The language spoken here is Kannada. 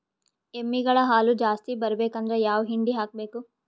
ಎಮ್ಮಿ ಗಳ ಹಾಲು ಜಾಸ್ತಿ ಬರಬೇಕಂದ್ರ ಯಾವ ಹಿಂಡಿ ಹಾಕಬೇಕು?